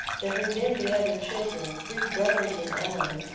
there had been the other children, three brothers and ellen.